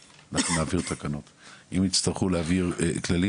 אנחנו לא רוצים שהוא יצטרך לפנות לכל גוף בנפרד,